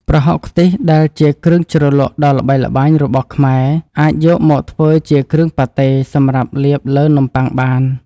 ប្រហុកខ្ទិះដែលជាគ្រឿងជ្រលក់ដ៏ល្បីល្បាញរបស់ខ្មែរអាចយកមកធ្វើជាគ្រឿងប៉ាតេសម្រាប់លាបលើនំប៉័ងបាន។